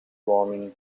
uomini